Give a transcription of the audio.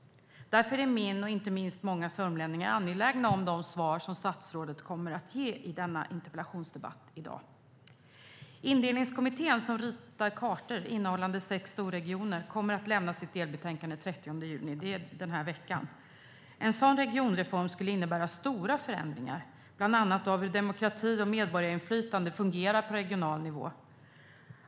Därför är jag och inte minst många sörmlänningar angelägna om de svar som statsrådet kommer att ge i dagens interpellationsdebatt. Indelningskommittén, som ritar kartor innehållande sex storregioner, kommer att lämna sitt delbetänkande den 30 juni, det vill säga den här veckan. En sådan regionreform skulle innebära stora förändringar, bland annat av hur demokrati och medborgarinflytande fungerar på regional nivå.